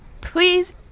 Please